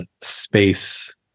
space